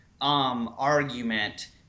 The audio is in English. argument